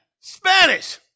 Spanish